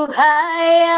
high